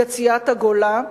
יציאת הגולה,